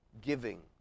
giving